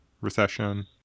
recession